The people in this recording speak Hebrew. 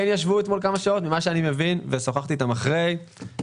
ישבו אתמול כמה שעות, ושוחחתי איתם אחרי כן.